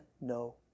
no